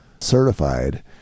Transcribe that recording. certified